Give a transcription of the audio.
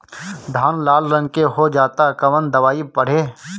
धान लाल रंग के हो जाता कवन दवाई पढ़े?